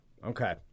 Okay